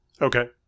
Okay